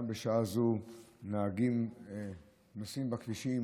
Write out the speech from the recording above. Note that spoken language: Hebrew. גם בשעה זו נהגים נוסעים בכבישים,